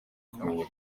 kumenya